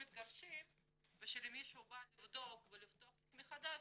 מתגרשים ושלמישהו בא לבדוק ולפתוח תיק מחדש,